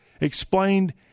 explained